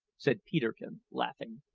said peterkin, laughing.